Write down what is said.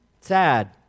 Sad